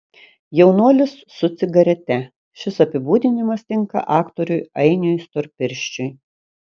jaunuolis su cigarete šis apibūdinimas tinka aktoriui ainiui storpirščiui